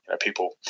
people